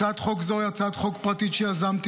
הצעת חוק זו היא הצעת חוק פרטית שיזמתי,